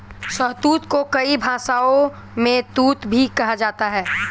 शहतूत को कई भाषाओं में तूत भी कहा जाता है